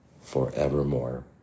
forevermore